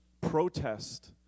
Protest